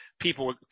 people